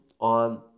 on